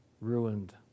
ruined